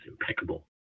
impeccable